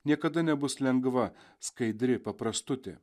niekada nebus lengva skaidri paprastutė